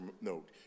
note